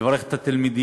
לברך את התלמידים,